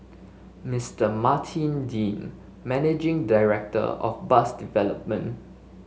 Mister Martin Dean managing director of bus development